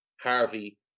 Harvey